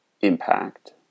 impact